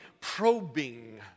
probing